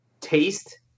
taste